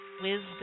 wisdom